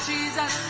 Jesus